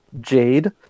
Jade